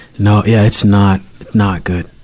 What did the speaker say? no, yeah, it's not, it's not good.